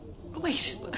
Wait